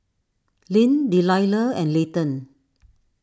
Lyn Delila and Layton